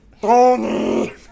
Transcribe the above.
Tony